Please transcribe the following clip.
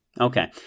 okay